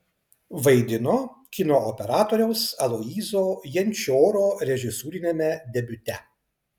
vaidino kino operatoriaus aloyzo jančioro režisūriniame debiute